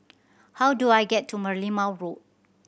how do I get to Merlimau Road